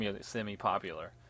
semi-popular